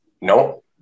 no